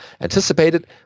anticipated